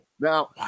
Now